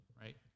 right